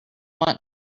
want